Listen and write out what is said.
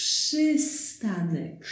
Przystanek